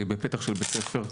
בפתח בית הספר,